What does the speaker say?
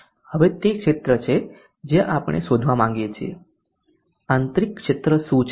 હવે તે ક્ષેત્ર તે છે જે આપણે શોધવા માંગીએ છીએ આંતરિક ક્ષેત્ર શું છે